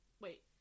Wait